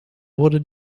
wurde